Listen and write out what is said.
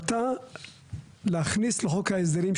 ההחלטה להכניס לחוק ההסדרים,